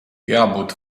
jābūt